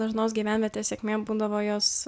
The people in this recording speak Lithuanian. dažnos gyvenvietės sėkmė būdavo jos